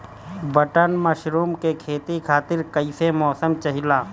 Button mushroom के खेती खातिर कईसे मौसम चाहिला?